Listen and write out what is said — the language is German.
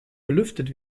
belüftet